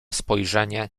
spojrzenie